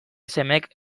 semeek